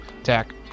attack